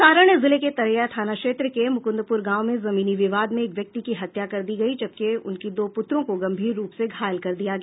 सारण जिले के तरैया थाना क्षेत्र के मुकुंदपुर गांव में जमीनी विवाद में एक व्यक्ति की हत्या कर दी गयी जबकि उनके दो पुत्रों को गंभीर रूप से घायल कर दिया गया